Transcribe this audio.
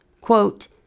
Quote